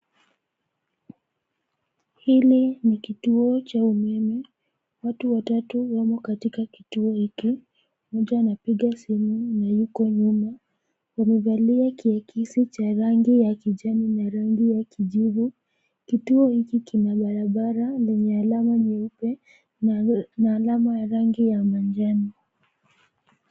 Hili ni kituo cha umeme, watu watatu wamo katika kituo hiki, mmoja anapiga simu na yuko nyuma, wamevalia kiikisi cha rangi ya kijani na rangi ya kijivu, kituo hiki kina barabara lenye alama mieupe, na alama ya rangi ya manjano.